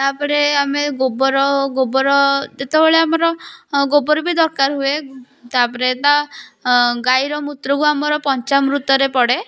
ତାପରେ ଆମେ ଗୋବର ଗୋବର ଯେତେବେଳେ ଆମର ଗୋବର ବି ଦରକାର ହୁଏ ତାପରେ ତା ଗାଈର ମୂତ୍ରକୁ ଆମର ପଞ୍ଚାମୃତରେ ପଡ଼େ